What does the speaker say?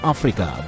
Africa